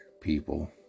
people